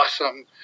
awesome –